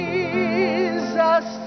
Jesus